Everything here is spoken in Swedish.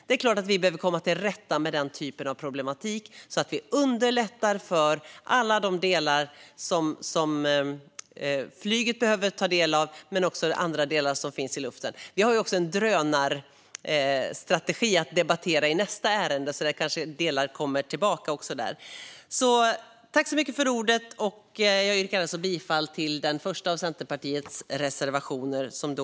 Det är klart att vi behöver komma till rätta med den typen av problematik så att vi underlättar för alla de delar som rör flyget - och även annat som finns i luften. Vi ska ju debattera en drönarstrategi i nästa ärende, så delar kanske återkommer då. Jag yrkar alltså bifall till Centerpartiets reservation 2.